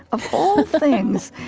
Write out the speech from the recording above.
of all things.